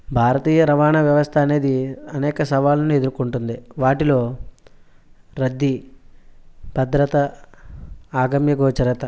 భారతీయ రవాణా వ్యవస్థ అనేది అనేక సవాళ్ళను ఎదుర్కొంటుంది వాటిలో రద్దీ భద్రత అగమ్యగోచరత